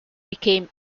became